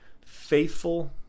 faithful